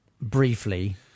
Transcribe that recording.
briefly